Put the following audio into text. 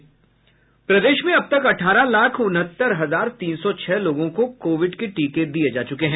प्रदेश में अब तक अठारह लाख उनहत्तर हजार तीन सौ छह लोगों को कोविड के टीके दिये जा चुके हैं